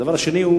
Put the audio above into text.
הדבר השני,